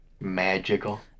magical